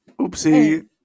oopsie